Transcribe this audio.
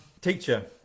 teacher